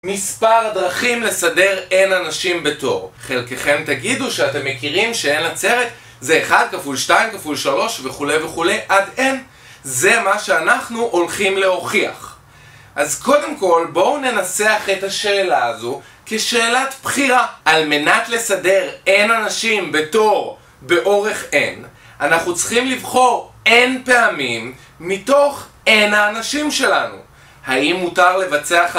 מספר דרכים לסדר n אנשים בתור, חלקכם תגידו שאתם מכירים ש-n! זה 1 כפול 2 כפול 3 וכולי וכולי עד n. זה מה שאנחנו הולכים להוכיח. אז קודם כל בואו ננסח את השאלה הזו כשאלת בחירה, על מנת לסדר n אנשים בתור באורך n אנחנו צריכים לבחור n פעמים מתוך n האנשים שלנו. האם מותר לבצע?